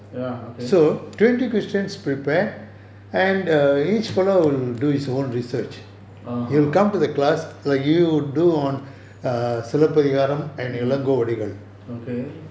ya okay (uh huh) okay